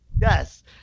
Yes